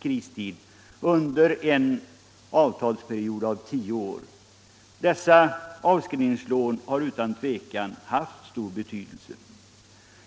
kristid under en avtalsperiod av 10 år. Dessa avskrivningslån har utan tvivel haft stor betydelse.